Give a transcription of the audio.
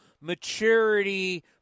maturity